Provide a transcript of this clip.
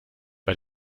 bei